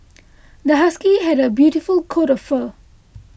this husky has a beautiful coat of fur